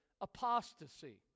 apostasy